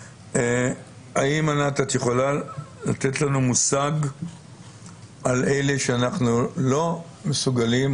האם את יכולה לתת לנו מושג על אלה שאנחנו לא מסוגלים,